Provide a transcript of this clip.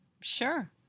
sure